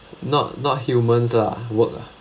not not humans lah work lah